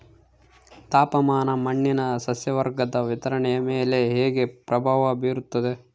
ತಾಪಮಾನ ಮಣ್ಣಿನ ಸಸ್ಯವರ್ಗದ ವಿತರಣೆಯ ಮೇಲೆ ಹೇಗೆ ಪ್ರಭಾವ ಬೇರುತ್ತದೆ?